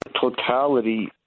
totality